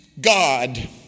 God